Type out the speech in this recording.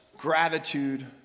gratitude